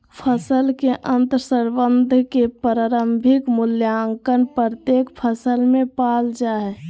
फसल के अंतर्संबंध के प्रारंभिक मूल्यांकन प्रत्येक फसल में पाल जा हइ